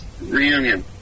reunion